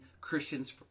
Christians